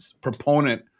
proponent